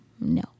no